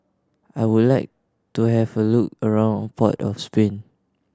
I would like to have a look around Port of Spain